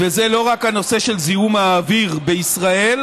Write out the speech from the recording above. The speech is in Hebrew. וזה לא רק הנושא של זיהום האוויר בישראל